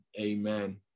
amen